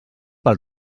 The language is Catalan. pel